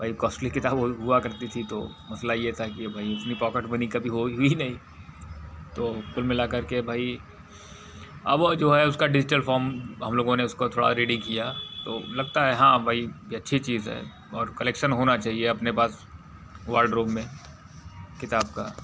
भाई कोस्टली किताब हुआ करती थी तो मसला यह था कि यह भाई इतनी पॉकेट मनी कभी हो ही नहीं तो कुल मिला कर के भाई अब जो है उसका डिज़िटल फॉर्म हम लोगों ने उसको थोड़ा रीडिंग किया तो लगता है हाँ वही भी अच्छी चीज़ है और कलेक्शन होना चाहिए अपने पास वार्डरोब में किताब का